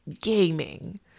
gaming